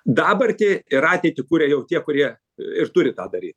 dabartį ir ateitį kuria jau tie kurie ir turi tą daryt